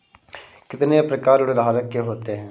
कितने प्रकार ऋणधारक के होते हैं?